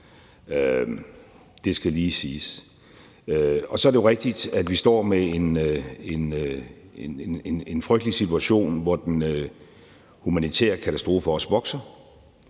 Det skal lige siges. Så er det jo rigtigt, at vi står med en frygtelig situation, hvor den humanitære katastrofe også vokser.